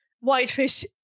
whitefish